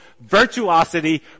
virtuosity